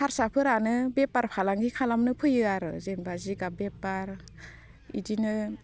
हारसाफोरानो बेफार फालांगि खालामनो फैयो आरो जेनेबा जिगाब बेफार बिदिनो